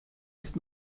ist